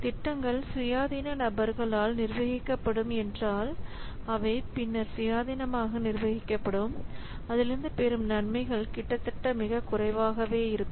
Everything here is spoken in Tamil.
திட்டங்கள் சுயாதீன நபர்களால் நிர்வகிக்கப்படும் என்றால் அவை பின்னர் சுயாதீனமாக நிர்வகிக்கப்படும் அதிலிருந்து பெறும் நன்மைகள் கிட்டத்தட்ட மிகக் குறைவாகவே இருக்கும்